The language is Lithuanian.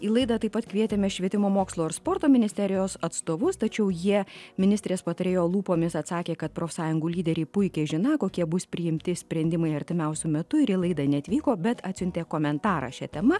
į laidą taip pat kvietėme švietimo mokslo ir sporto ministerijos atstovus tačiau jie ministrės patarėjo lūpomis atsakė kad profsąjungų lyderiai puikiai žiną kokie bus priimti sprendimai artimiausiu metu ir į laidą neatvyko bet atsiuntė komentarą šia tema